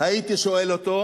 הייתי שואל אותו: